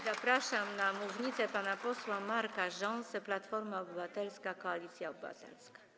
Zapraszam na mównicę pana posła Marka Rząsę, Platforma Obywatelska - Koalicja Obywatelska.